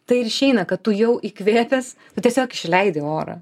tai ir išeina kad tu jau įkvėpęs tiesiog išleidi orą